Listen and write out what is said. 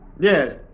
Yes